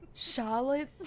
Charlotte